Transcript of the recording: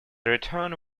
return